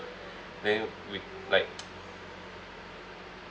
then we like